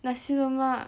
nasi lemak